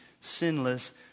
sinless